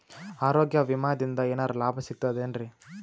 ಆರೋಗ್ಯ ವಿಮಾದಿಂದ ಏನರ್ ಲಾಭ ಸಿಗತದೇನ್ರಿ?